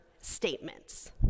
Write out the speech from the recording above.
statements